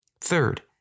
Third